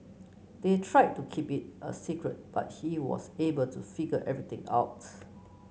they tried to keep it a secret but he was able to figure everything out